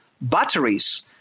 batteries